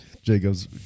Jacob's